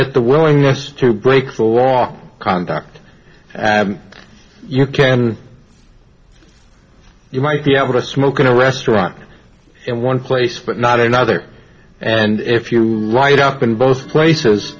at the willingness to break the long contract you can you might be able to smoke in a restaurant in one place but not another and if you ride up in both places